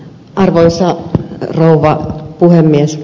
arvoisa rouva puhemies